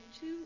two